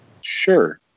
Sure